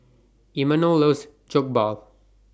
Imanol loves Jokbal